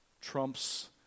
trumps